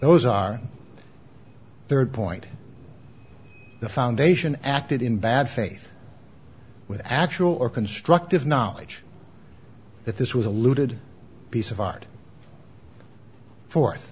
those are third point the foundation acted in bad faith with actual or constructive knowledge that this was alluded piece of art fourth